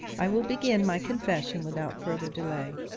i will begin my confession without further delay